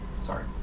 Sorry